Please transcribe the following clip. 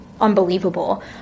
unbelievable